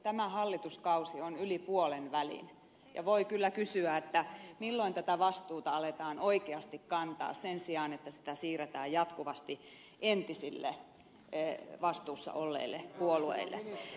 tämä hallituskausi on yli puolenvälin ja voi kyllä kysyä milloin tätä vastuuta aletaan oikeasti kantaa sen sijaan että sitä siirretään jatkuvasti entisille vastuussa olleille puolueille